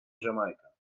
jamaica